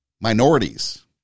minorities